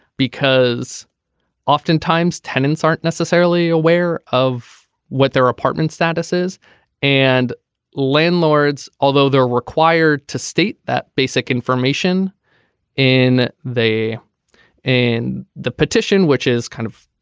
because oftentimes tenants aren't necessarily aware of what their apartment statuses and landlords although they required to state that basic information in they in the petition which is kind of